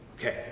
Okay